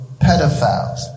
pedophiles